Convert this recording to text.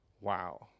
Wow